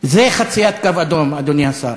זאת חציית קו אדום, אדוני השר.